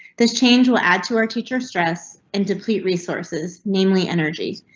this change will add to our teacher stress and deplete resources, namely energy.